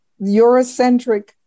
Eurocentric